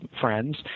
friends